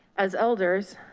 as elders,